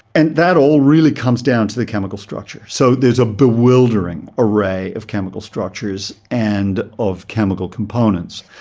and that all really comes down to the chemical structure. so there is a bewildering array of chemical structures and of chemical components.